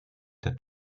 der